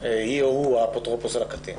או הוא, על הקטין.